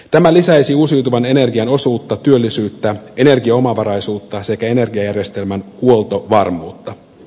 tämä lisäisi uusiutuvan energian osuutta työllisyyttä energiaomavaraisuutta sekä energiajärjestelmän huoltovarmuutta